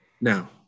Now